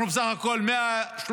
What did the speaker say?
אנחנו בסך הכול 130,000,